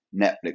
Netflix